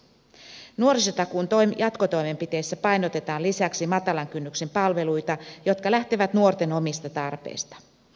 nuorisotakuun jatkotoimenpiteissä painotetaan lisäksi matalan kynnyksen palveluita jotka lähtevät nuorten omista tarpeista